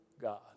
God